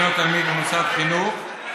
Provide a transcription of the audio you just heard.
מדובר בנבחן שאינו תלמיד במוסד חינוך,